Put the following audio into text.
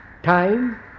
Time